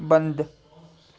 बंद